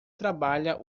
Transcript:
trabalha